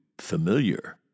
familiar